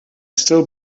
still